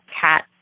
cat